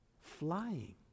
flying